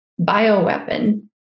bioweapon